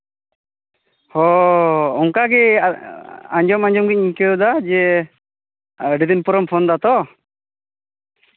ᱦᱚᱸ ᱚᱱᱠᱟᱜᱮ ᱟᱸᱡᱚᱢ ᱟᱸᱡᱚᱢ ᱜᱤᱧ ᱟᱹᱭᱠᱟᱹᱣ ᱮᱫᱟ ᱡᱮ ᱟᱹᱰᱤᱫᱤᱱ ᱯᱚᱨᱮᱢ ᱯᱷᱳᱱ ᱮᱫᱟ ᱛᱚ